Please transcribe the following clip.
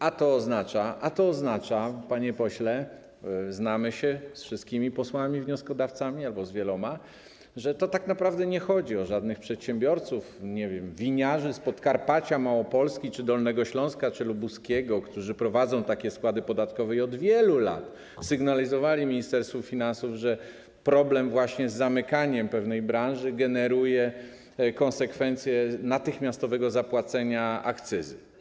A to oznacza, panie pośle, znamy się z wszystkimi posłami wnioskodawcami albo z wieloma, że tak naprawdę nie chodzi o żadnych przedsiębiorców, nie wiem, winiarzy z Podkarpacia, Małopolski, Dolnego Śląska czy Lubuskiego, którzy prowadzą takie składy podatkowe i od wielu lat sygnalizowali Ministerstwu Finansów, że problem z zamykaniem pewnej branży generuje konsekwencje natychmiastowego zapłacenia akcyzy.